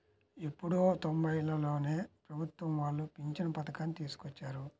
ఎప్పుడో తొంబైలలోనే ప్రభుత్వం వాళ్ళు పింఛను పథకాన్ని తీసుకొచ్చారు